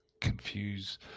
confuse